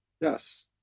Yes